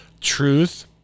truth